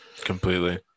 completely